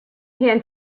hand